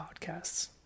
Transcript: podcasts